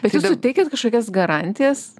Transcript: bet jūs suteikiat kažkokias garantijas